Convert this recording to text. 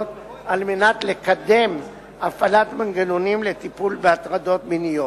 על מנת לקדם הפעלת מנגנונים לטיפול בהטרדות מיניות.